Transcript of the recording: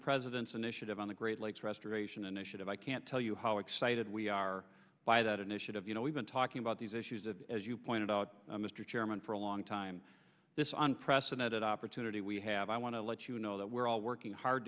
president's initiative on the great lakes restoration initiative i can't tell you how excited we are by that initiative you know we've been talking about these issues of as you pointed out mr chairman for a long time this unprecedented opportunity we have i want to let you know that we're all working hard